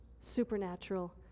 supernatural